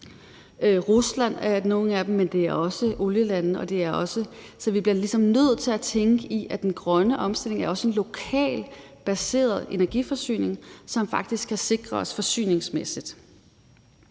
Rusland er et af dem, men det er også olielande, så vi bliver ligesom nødt til at tænke i, at den grønne omstilling også er en lokalt baseret energiforsyning, som faktisk kan sikre os forsyningsmæssigt.